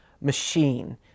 machine